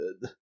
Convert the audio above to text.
good